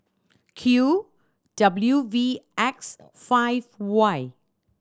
Q W V X five Y